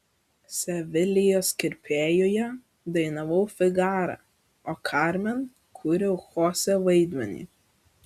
sevilijos kirpėjuje dainavau figarą o karmen kūriau chosė vaidmenį